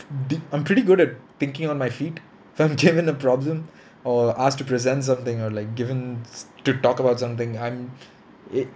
the I'm pretty good at thinking on my feet if I'm given a problem or asked to present something or like given s~ to talk about something I'm